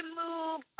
move